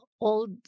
old